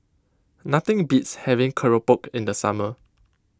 nothing beats having Keropok in the summer